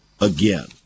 again